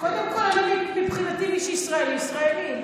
קודם כול, מבחינתי, מי שישראלי, ישראלי.